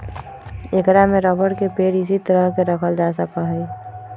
ऐकरा में रबर के पेड़ इसी तरह के रखल जा सका हई